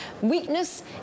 weakness